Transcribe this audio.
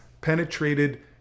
penetrated